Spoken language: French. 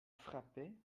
frappé